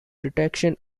detection